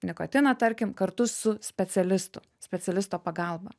nikotiną tarkim kartu su specialistu specialisto pagalba